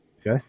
Okay